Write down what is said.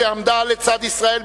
שעמדה לצד ישראל,